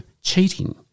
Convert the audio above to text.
cheating